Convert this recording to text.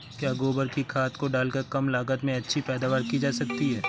क्या गोबर की खाद को डालकर कम लागत में अच्छी पैदावारी की जा सकती है?